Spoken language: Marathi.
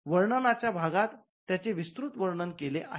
वर्णनाच्या भागात त्याचे विस्तृत वर्णन केले आहे